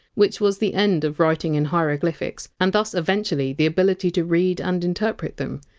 which was the end of writing in hieroglyphics, and thus eventually the ability to read and interpret them.